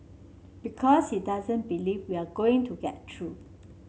because he doesn't believe we are going to get through